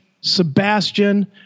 Sebastian